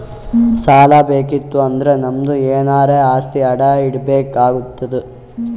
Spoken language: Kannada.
ಸಾಲಾ ಬೇಕಿತ್ತು ಅಂದುರ್ ನಮ್ದು ಎನಾರೇ ಆಸ್ತಿ ಅಡಾ ಇಡ್ಬೇಕ್ ಆತ್ತುದ್